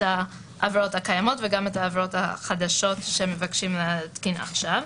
העבירות הקיימות וגם את העבירות החדשות שמבקשים להתקין עכשיו.